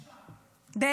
בושה.